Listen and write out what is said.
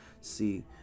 see